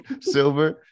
silver